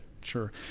Sure